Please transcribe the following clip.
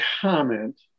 comment